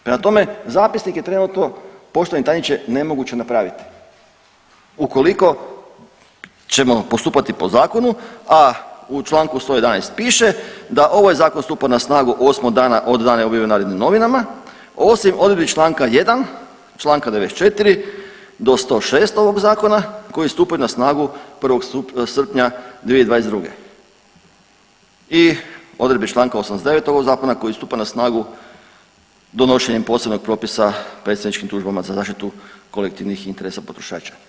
Prema tome, zapisnik je trenutno poštovani tajniče nemoguće napraviti ukoliko ćemo postupati po zakonu, a u Članku 111. piše da ovaj zakon stupa na snagu 8 dana od dana objave u Narodnim novinama osim odredbi Članka 1., Članka 94. do 106. ovog zakona koji stupaju na snagu 1. srpnja 2022. i odredbi Članka 89. ovog zakona koji stupa na snagu donošenjem posebnog propisa predstavničkim tužbama za zaštitu kolektivnih interesa potrošača.